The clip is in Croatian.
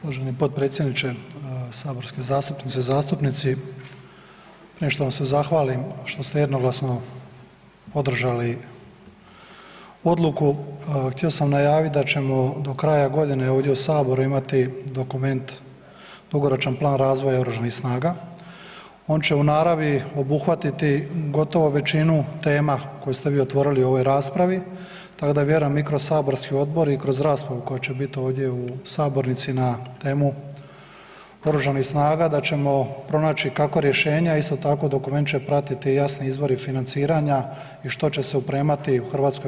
Uvaženi potpredsjedniče, saborske zastupnice, zastupnici, prije nego što vam se zahvalim što ste jednoglasno podržali odluku, htio sam najavit da ćemo do kraja godine ovdje u saboru imati dokument „Dugoročan plan razvoja oružanih snaga“, on će u naravi obuhvatiti gotovo većinu tema koju ste vi otvorili u ovoj raspravi, tako da vjerujem mi kroz saborski odbor i kroz raspravu koja će bit ovdje u sabornici na temu oružanih snaga da ćemo pronaći kako rješenja, isto tako dokument će pratit i jasni izvori financiranja i što će se opremati u HV-u.